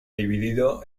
dividido